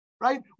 right